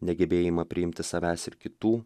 negebėjimą priimti savęs ir kitų